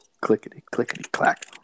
Clickety-clickety-clack